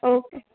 okay